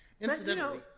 Incidentally